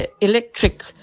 electric